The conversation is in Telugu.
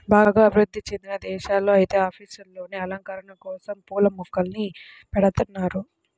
బాగా అభివృధ్ధి చెందిన దేశాల్లో ఐతే ఆఫీసుల్లోనే అలంకరణల కోసరం పూల మొక్కల్ని బెడతన్నారు